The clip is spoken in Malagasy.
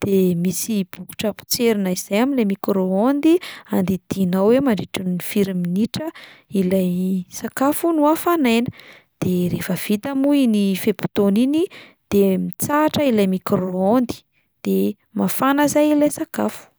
de misy bokotra potserina izay amin'ioay micro-ondes andidianao hoe mandritra ny firy minitra ilay sakafo no hafanaina de rehefa vita moa iny fe-potoana iny de mitsahatra ilay micro-ondes de mafana izay ilay sakafo.